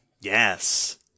Yes